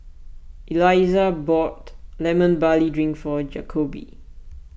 Elizah bought Lemon Barley Drink for Jakobe